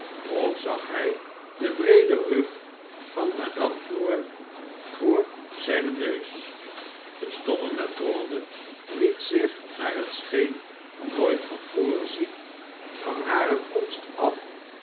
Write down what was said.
of zag hy den breeden rug van madame dor voor zyn neus de stomme matrone liet zich naar het scheen nooit van voren zien van hare komst af